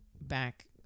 Back